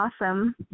awesome